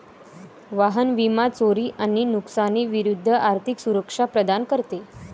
वाहन विमा वाहन चोरी आणि नुकसानी विरूद्ध आर्थिक सुरक्षा प्रदान करते